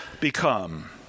become